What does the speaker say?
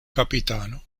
kapitano